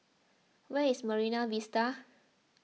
where is Marine Vista